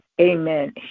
Amen